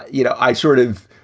you know, i sort of